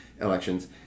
elections